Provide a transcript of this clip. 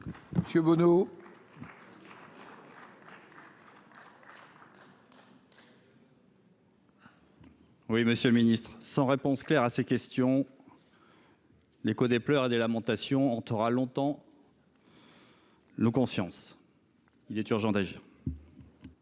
pour la réplique. Monsieur le ministre, sans réponse claire à ces questions, l’écho des pleurs et des lamentations hantera longtemps nos consciences. Il est urgent d’agir.